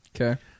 Okay